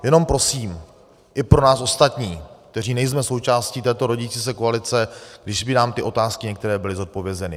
Jenom prosím i pro nás ostatní, kteří nejsme součástí této rodící se koalice, kdyby nám některé ty otázky byly zodpovězeny.